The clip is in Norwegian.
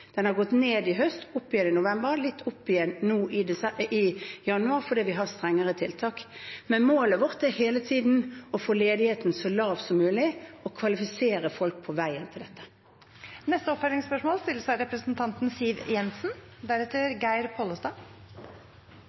opp igjen nå i januar, fordi vi har strengere tiltak. Men målet vårt er hele tiden å få ledigheten så lav som mulig og kvalifisere folk på veien til dette. Siv Jensen – til oppfølgingsspørsmål. Mange av